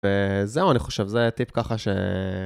וזהו, אני חושב, זה הטיפ ככה ש...